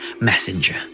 messenger